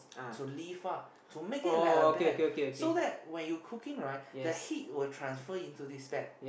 to lift up to make it like a bed so that when you cooking right the heat will transfer into the bed